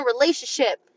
relationship